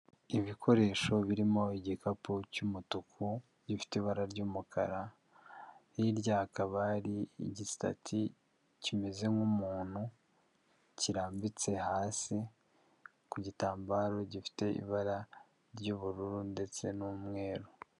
Ibikoresho birimo igikapu cy'umutuku gifite ibara ry'umukara, hirya hakaba hari igisitati kimeze nk'umuntu kirambitse hasi ku gitambaro gifite ibara ry'ubururu ndetse n'umweru.